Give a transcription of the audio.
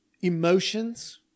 Emotions